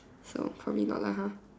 so probably not lah ha